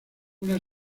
una